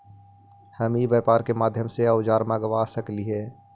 हम ई व्यापार के माध्यम से औजर मँगवा सकली हे का?